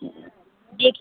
deck